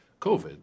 COVID